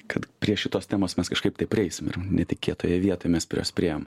kad prie šitos temos mes kažkaip taip prieisim ir netikėtai vietoj mes prie jos priėjom